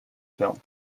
ferme